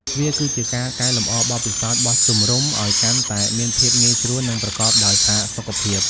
វាគឺជាការកែលម្អបទពិសោធន៍បោះជំរុំឲ្យកាន់តែមានភាពងាយស្រួល និងប្រកបដោយផាសុកភាព។